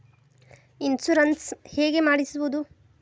Insurance ಹೇಗೆ ಮಾಡಿಸುವುದು?